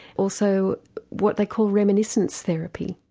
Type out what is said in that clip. also what they call reminiscence therapy.